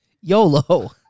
YOLO